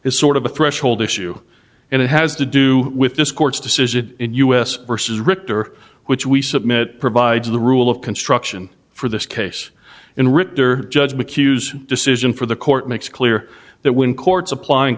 is sort of a threshold issue and it has to do with this court's decision in u s versus richter which we submit provides the rule of construction for this case in ritter judge mchugh's decision for the court makes clear that when courts applying